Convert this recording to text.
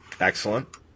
Excellent